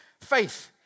faith